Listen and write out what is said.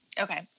Okay